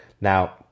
Now